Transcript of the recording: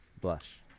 blush